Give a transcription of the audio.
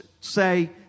say